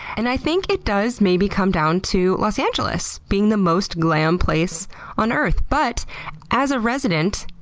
and i think it does maybe come down to los angeles being the most glam place on earth. but as a resident,